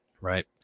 right